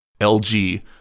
LG